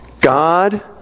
God